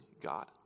God